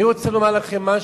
אני רוצה לומר לכם משהו,